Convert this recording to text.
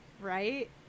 Right